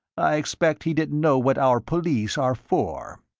i expect he didn't know what our police are for.